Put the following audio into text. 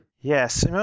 Yes